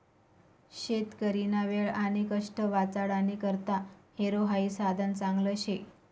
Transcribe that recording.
शेतकरीना वेळ आणि कष्ट वाचाडानी करता हॅरो हाई साधन चांगलं शे